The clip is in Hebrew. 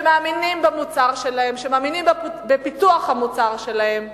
שמאמינים במוצר שלהם, שמאמינים בפיתוח המוצר שלהם,